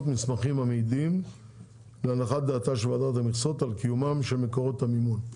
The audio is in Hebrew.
מסמכים המעידים להנחת דעתה של ועדת המכסות על קיומם של מקורות המימון.